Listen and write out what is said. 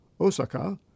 Osaka